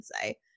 say